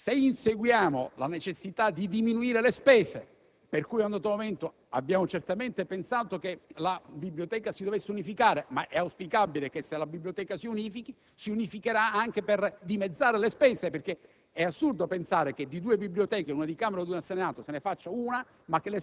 dei sacrifici. Inseguiamo la necessità di diminuire le spese, per cui a un dato momento abbiamo certamente pensato che la biblioteca si dovesse unificare. È auspicabile che se la biblioteca si unifica, lo si fa anche per dimezzare le spese, perché